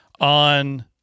on